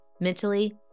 mentally